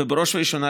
ובראש ובראשונה,